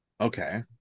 Okay